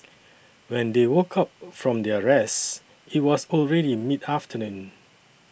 when they woke up from their rest it was already mid afternoon